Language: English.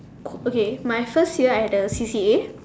okay my first year I had A C_C_A